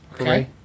Okay